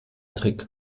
trick